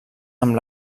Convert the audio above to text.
amb